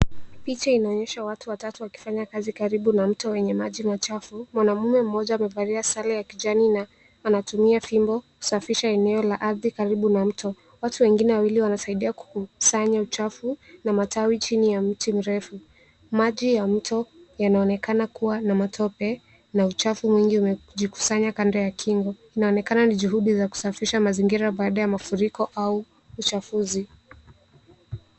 Picha inaonyesha watu watatu wakifanya kazi karibu na mto wenye maji machafu. Mwanaume mmoja amevalia sare ya kijani na anatumia fimbo kusafisha eneo la ardhi karibu na mto. Watu wengine wawili wanasaidia kukusanya uchafu na matawi chini ya mti mrefu. Maji ya mto yanaonekana kuwa na matope na uchafu mwingi umejikusanya kando ya kingo. Inaonekana ni juhudi za kusafisha mazingira baada ya mafuriko au uchafuzi.